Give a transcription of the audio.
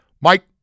Mike